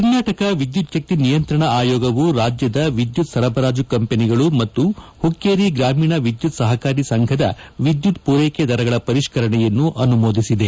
ಕರ್ನಾಟಕ ವಿದ್ಯುಚ್ದಕ್ತಿ ನಿಯಂತ್ರಣ ಅಯೋಗವು ರಾಜ್ಯದ ವಿದ್ಯುತ್ ಸರಬರಾಜು ಕಂಪನಿಗಳ ಮತ್ತು ಹುಕ್ಕೇರಿ ಗ್ರಾಮೀಣ ವಿದ್ಯುತ್ ಸಹಕಾರಿ ಸಂಫದ ವಿದ್ಯುತ್ ಪೂರೈಕೆ ದರಗಳ ಪರಿಷ್ಠ ರಷೆಯನ್ನು ಅನುಮೋದಿಸಿದೆ